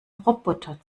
roboter